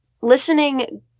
listening